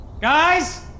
Guys